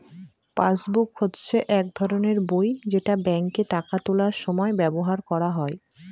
passbook হচ্ছে এক ধরনের বই যেটা ব্যাঙ্কে টাকা তোলার সময় ব্যবহার করা হয়